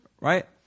right